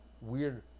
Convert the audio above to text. weird